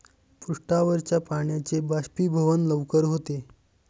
पृष्ठावरच्या पाण्याचे बाष्पीभवन लवकर होते